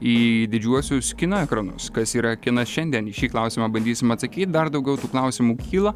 į didžiuosius kino ekranus kas yra kinas šiandien į šį klausimą bandysim atsakyti dar daugiau tų klausimų kyla